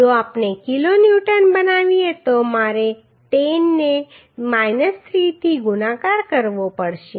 જો આપણે kilo newton બનાવીએ તો મારે 10 ને 3 થી ગુણાકાર કરવો પડશે